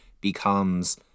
becomes